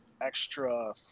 extra